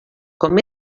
com